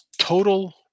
total